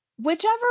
Whichever